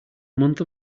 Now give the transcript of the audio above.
month